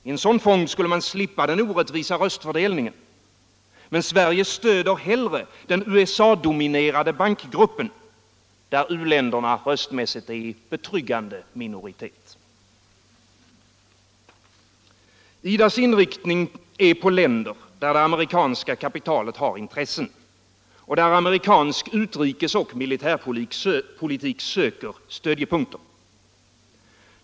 I denna fond skulle man slippa den orättvisa röstfördelningen — men Sverige stöder hellre den USA-dominerade bankgruppen, där uländerna röstmässigt är i betryggande minoritet. IDA:s inriktning är på länder, där det amerikanska kapitalet har intressen och där amerikansk utrikesoch militärpolitik söker stödjepunkter.